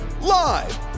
live